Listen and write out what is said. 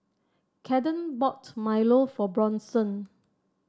Kathern bought Milo for Bronson